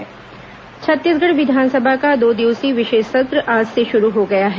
विधानसभा विशेष सत्र छत्तीसगढ़ विधानसभा का दो दिवसीय विशेष सत्र आज से शुरू हो गया है